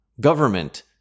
Government